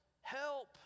help